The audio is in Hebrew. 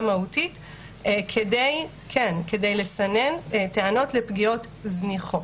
מהותית כדי לסנן טענות לפגיעות זניחות,